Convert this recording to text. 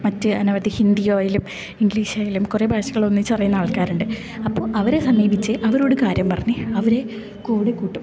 മറ്റ് അനവധി ഹിന്ദി ആയാലും ഇംഗ്ലീഷ് ആയാലും കുറെ ഭാഷകൾ ഒന്നിച്ച് അറിയുന്ന ആൾക്കാരുണ്ട് അപ്പോൾ അവരെ സമീപിച്ചാൽ അവരോട് കാര്യം പറഞ്ഞ് അവരെ കൂടെ കൂട്ടും